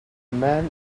man